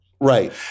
right